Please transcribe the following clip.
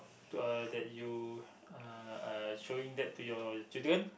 to uh that you uh uh showing that to your children